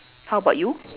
how about you